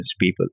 people